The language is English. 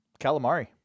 calamari